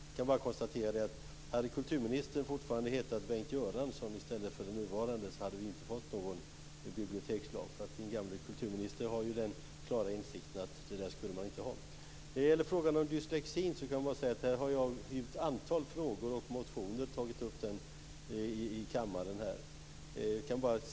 Jag kan bara konstatera att vi inte hade fått någon bibliotekslag om kulturministern fortfarande hade hetat Bengt Göransson. Er gamla kulturminister har den klara insikten att man inte ska ha något sådant. När det gäller frågan om dyslexi kan jag säga att jag har tagit upp denna i ett antal frågor i kammaren och i och motioner.